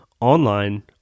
online